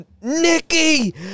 Nikki